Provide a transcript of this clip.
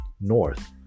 North